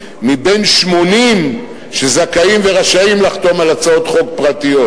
מבין 80 שזכאים ורשאים לחתום על הצעות חוק פרטיות,